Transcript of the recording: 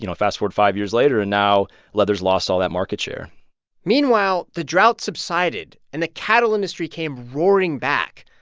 you know fast forward five years later, and now leather's lost all that market share meanwhile, the drought subsided, and the cattle industry came roaring back.